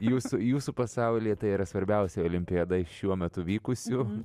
jūsų jūsų pasaulyje tai yra svarbiausia olimpiada iš šiuo metu vykusių